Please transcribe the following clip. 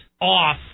off